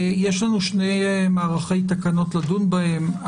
יש לנו שני מערכי תקנות לדון בהם,